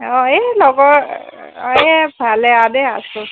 অঁ এই লগৰ এই ভালে আ দে আছোঁ